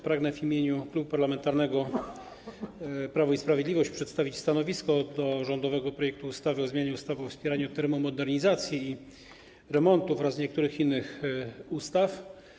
Pragnę w imieniu Klubu Parlamentarnego Prawo i Sprawiedliwość przedstawić stanowisko wobec rządowego projektu ustawy o zmianie ustawy o wspieraniu termomodernizacji i remontów oraz niektórych innych ustaw.